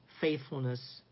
faithfulness